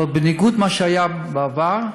אבל בניגוד למה שהיה בעבר,